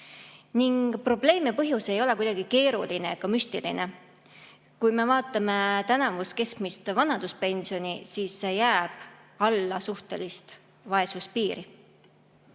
üle 80%.Ning põhjus ei ole kuidagi keeruline ega müstiline. Kui me vaatame tänavust keskmist vanaduspensioni, siis see jääb alla suhtelise vaesuse piiri.